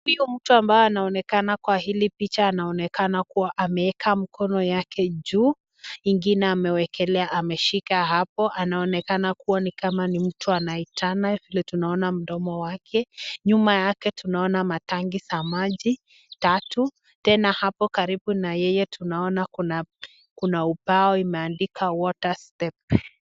Huyo mtu ambaye anaonekana kwa hili picha anaonekana kuwa ameeka mkono yake juu, ingine amewekelea, ameshika hapo. Anaonekana kuwa ni kama ni mtu anaitana vile tunaona mdomo wake. Nyuma yake tunaona matanki za maji tatu, tena hapo karibu na yeye tunaona kuna ubao imeandikwa water step .